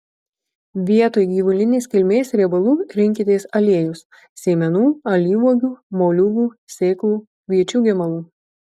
vietoj gyvulinės kilmės riebalų rinkitės aliejus sėmenų alyvuogių moliūgų sėklų kviečių gemalų